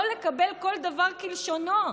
לא לקבל כל דבר כלשונו.